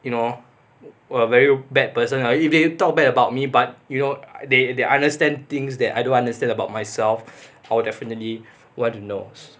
you know we're very bad person are you if they talk bad about me but you know they they understand things that I do understand about myself I'll definitely want to know